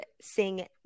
sing